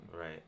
Right